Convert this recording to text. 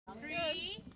Three